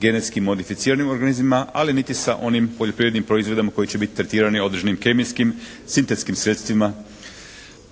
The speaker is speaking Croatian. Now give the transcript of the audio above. genetski modificiranim organizmima ali niti sa onim poljoprivrednim proizvodima koji će biti tretirani određenim kemijskim, sintetskim sredstvima,